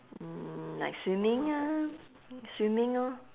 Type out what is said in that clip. mm like swimming ah swimming orh